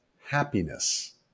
happiness